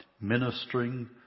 ministering